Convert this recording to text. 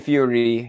Fury